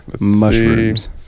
mushrooms